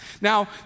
Now